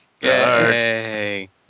Yay